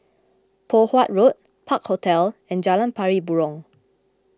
Poh Huat Road Park Hotel and Jalan Pari Burong